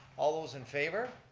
all those in favor,